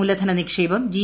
മൂലധന നിക്ഷേപം ജി